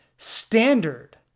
standard